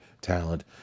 talent